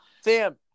Sam